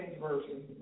Version